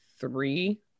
three